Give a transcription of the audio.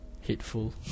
hateful